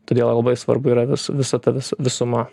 todėl labai svarbu yra vis visa ta visuma